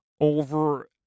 over